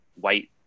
white